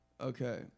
Okay